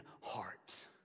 heart